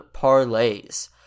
parlays